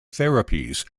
therapies